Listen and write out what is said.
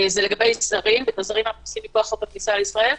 זה לגבי זרים וחוזרים מכוח חוק הכניסה לישראל.